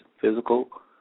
physical